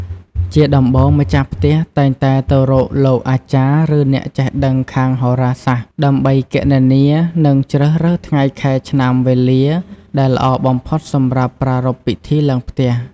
ជាដំបូង ម្ចាស់ផ្ទះតែងតែទៅរកលោកអាចារ្យ ឬអ្នកចេះដឹងខាងហោរាសាស្ត្រ ដើម្បីគណនា និងជ្រើសរើសថ្ងៃ ខែ ឆ្នាំ វេលា ដែលល្អបំផុតសម្រាប់ប្រារព្ធពិធីឡើងផ្ទះ។